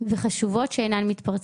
וחשובות שאינן מתפרצות,